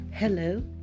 Hello